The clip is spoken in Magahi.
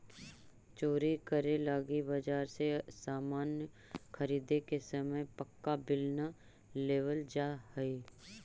चोरी करे लगी बाजार से सामान ख़रीदे के समय पक्का बिल न लेवल जाऽ हई